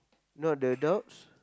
not the adults